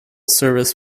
service